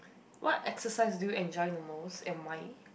what exercise do you enjoy the most and why